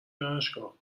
دانشگاهمی